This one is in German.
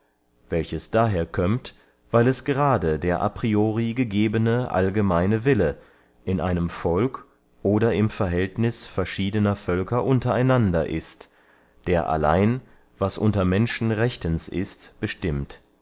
welches daher kömmt weil es gerade der a priori gegebene allgemeine wille in einem volk oder im verhältnis verschiedener völker unter einander ist der allein was unter menschen rechtens ist bestimmt